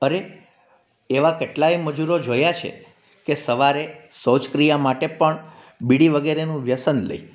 અરે એવા કેટલાય મજૂરો જોયા છે કે સવારે શૌચક્રિયા માટે પણ બીડી વગેરેનું વ્યસન લે